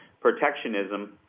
protectionism